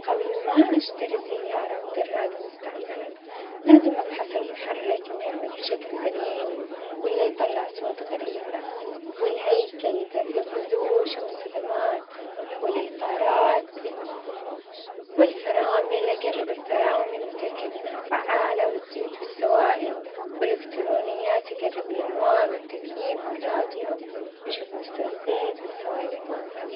قبل ما أشتري سيارة أو دراجة مستعملة لازم أفحص المحرك أنه يعمل بشكل سليم ولا يطلع أصوات غريبة، والهيكل إذا فيه خدوش أو صدمات والإطارات، والفرامل أجرب الفرامل وأتأكد إنها فعالة والزيوت والسوائل، والإلكترونيات أجرب الأنوار والتكييف والراديو وأشوف مستوى الزيت والسوائل الأخرى.